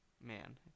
man